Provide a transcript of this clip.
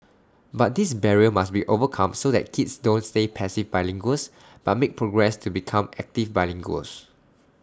but this barrier must be overcome so that kids don't stay passive bilinguals but make progress to become active bilinguals